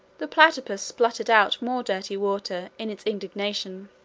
the platypus spluttered out more dirty water, in its indignation.